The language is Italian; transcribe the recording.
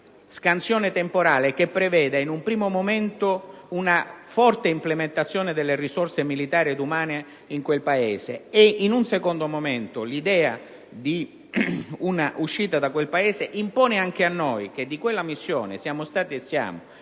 scansione temporale che preveda, in un primo momento, una forte implementazione delle risorse militari ed umane in quel Paese e, in un secondo momento, un'uscita da quel Paese impone anche a noi, (che di quella missione siamo stati e siamo